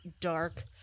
dark